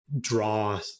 draw